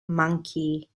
monkey